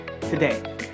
today